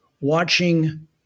watching